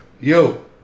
Yo